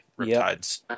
riptides